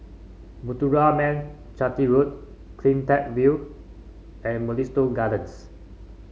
Muthuraman Chetty Road CleanTech View and Mugliston Gardens